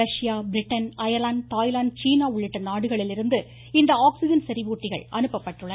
Russia Britain Ireland Thailand சீனா உள்ளிட்ட நாடுகளிலிருந்து இந்த ஆக்ஸிஜன் செறிவூட்டிகள் அனுப்பப்பட்டுள்ளன